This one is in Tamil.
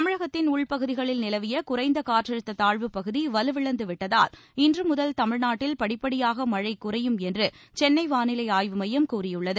தமிழகத்தின் உள்பகுதிகளில் நிலவிய குறைந்த காற்றழுத்த தாழ்வுப்பகுதி வலுவிழந்து விட்டதால் இன்றுமுதல் தமிழ்நாட்டில் படிப்படியாக மழை குறையும் என்று சென்னை வானிலை ஆய்வுமையம் கூறியுள்ளது